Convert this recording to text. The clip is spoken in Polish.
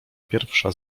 pierwsza